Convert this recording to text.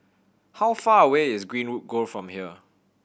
how far away is Greenwood Grove from here